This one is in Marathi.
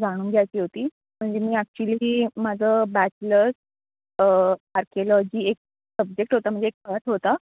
जाणून घ्यायची होती म्हणजे मी ॲक्च्युली माझं बॅचलर्स आर्किओलॉजी एक सब्जेक्ट होता म्हणजे एक होता